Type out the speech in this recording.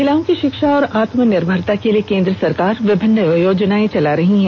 महिलाओं की शिक्षा और आत्मनिर्भरता के लिए केंद्र सरकार विभिन्न योजनाएं चला रही है